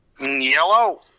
Yellow